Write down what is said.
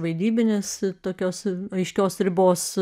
vaidybinis tokios aiškios ribos